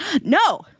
No